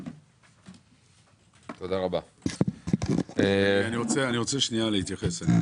אני מבקש להתייחס.